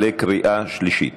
קריאה שלישית.